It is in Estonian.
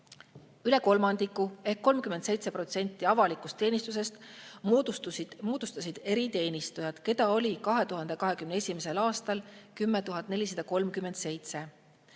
Üle kolmandiku ehk 37% avalikust teenistusest moodustasid eriteenistujad, keda oli 2021. aastal 10 437.